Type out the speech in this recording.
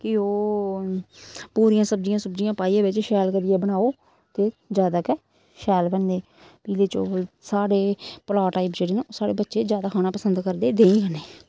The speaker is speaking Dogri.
कि ओह् पूरियां सब्जियां सुब्जियां पाइयै बिच्च शैल करियै बनाओ ते जैदा गै शैल बनदे पीले चौल साढ़े प्लाऽ टाइप जेह्ड़े ना साढ़े बच्चे जैदा खाना पसंद करदे देहीं कन्नै